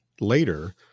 later